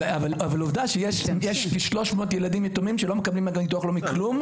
אבל עובדה שיש 300 ילדים יתומים שלא מקבלים מהביטוח לאומי כלום.